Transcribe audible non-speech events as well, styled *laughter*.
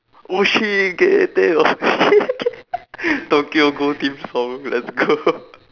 *laughs* tokyo ghoul theme song let's go *laughs*